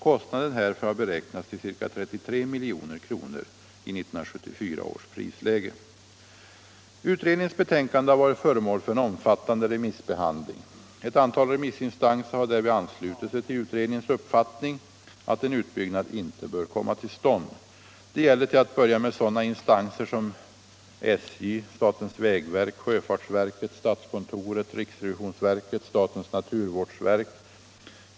Kostnaden härför har beräknats till ca 33 milj.kr. i 1974 års prisläge. Utredningens betänkande har varit föremål för en omfattande remiss behandling. Ett antal remissinstanser har därvid anslutit sig till utredningens uppfattning att en utbyggnad inte bör komma till stånd. Det gäller till att börja med sådana instanser som SJ, statens vägverk, sjöfartsverket, statskontoret, riksrevisionsverket, statens naturvårdsverk.